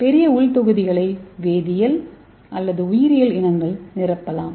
பெரிய உள் தொகுதிகளை வேதியியல் அல்லது உயிரியல் இனங்கள் நிரப்பலாம்